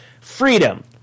freedom